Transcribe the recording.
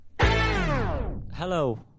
Hello